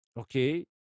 okay